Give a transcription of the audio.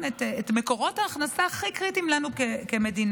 את מקורות ההכנסה הכי קריטיים לנו כמדינה,